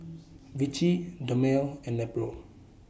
Vichy Dermale and Nepro